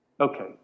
Okay